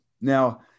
Now